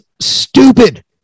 stupid